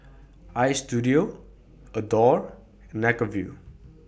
Istudio Adore and Acuvue